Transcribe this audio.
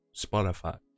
Spotify